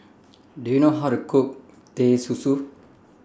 Do YOU know How to Cook Teh Susu